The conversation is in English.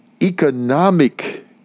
Economic